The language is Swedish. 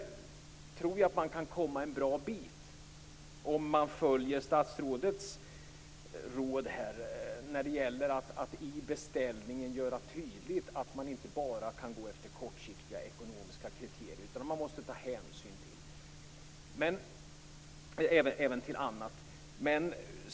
Man kan nog komma en bra bit på väg om man följer statsrådets rekommendation, att i beställningen tydliggöra att inte bara kortsiktiga ekonomiska kriterier skall gälla, utan att man måste ta hänsyn även till annat.